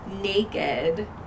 naked